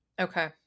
Okay